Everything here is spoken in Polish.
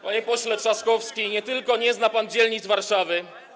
Panie pośle Trzaskowski, nie tylko nie zna pan dzielnic Warszawy.